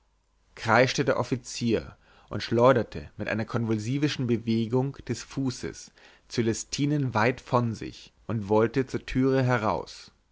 kreischte der offizier und schleuderte mit einer konvulsivischen bewegung des fußes cölestinen weit von sich und wollte zur türe heraus